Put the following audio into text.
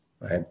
Right